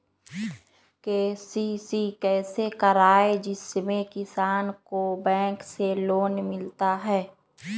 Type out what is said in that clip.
KCC कैसे कराये जिसमे किसान को बैंक से लोन मिलता है?